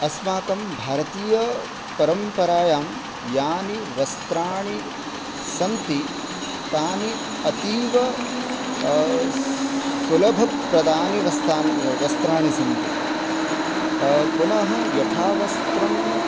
अस्माकं भारतीयपरम्परायां यानि वस्त्राणि सन्ति तानि अतीव सुलभप्रदानि वस्ता वस्त्राणि सन्ति पुनः यथा वस्त्रं